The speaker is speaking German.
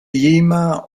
jima